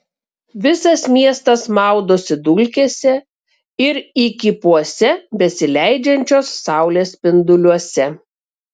visas miestas maudosi dulkėse ir įkypuose besileidžiančios saulės spinduliuose